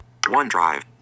OneDrive